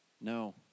No